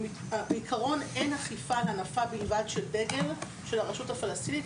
כעקרון אין אכיפה על הנפה בלבד של דגל של הרשות הפלשתינית,